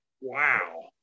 Wow